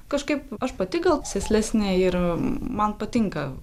kažkaip aš pati gal sėslesne ir man patinka